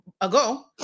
ago